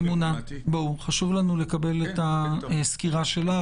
חשוב לנו לקבל את הסקירה שלך.